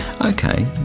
okay